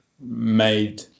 made